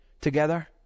together